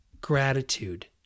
gratitude